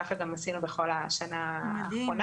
ככה גם עשינו בכל השנה האחרונה.